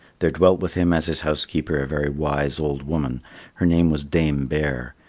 there dwelt with him as his housekeeper a very wise old woman her name was dame bear,